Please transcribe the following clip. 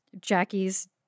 Jackie's